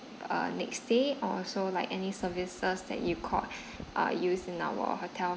uh next stay or also like any services that you called uh use in our hotel